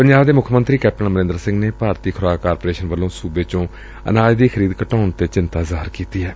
ਪੰਜਾਬ ਦੇ ਮੁੱਖ ਮੰਤਰੀ ਕੈਪਟਨ ਅਮਰਿੰਦਰ ਸਿੰਘ ਨੇ ਭਾਰਤੀ ਖੁਰਾਕ ਕਾਰਪੋਰੇਸ਼ਨ ਵੱਲੋਂ ਸੁਬੇ ਚੋਂ ਅਨਾਜ ਦੀ ਖਰੀਦ ਘਟਾਉਣ ਤੇ ਚਿੰਤਾ ਜ਼ਾਹਿਰ ਕੀਤੀ ਏ